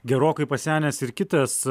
gerokai pasenęs ir kitas